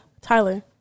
Tyler